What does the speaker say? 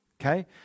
Okay